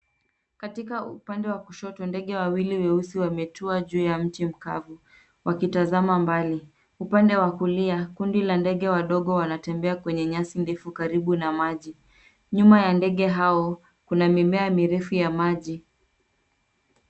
Katika upande wa kushoto ndege wawili weusi wametua juu ya mti mkavu wakitazama mbali. Upande wa kulia kundi la ndege wadogo wanatembea kwenye nyasi ndefu karibu na maji, nyuma ya ndege hao kuna mimea mirefu ya maji.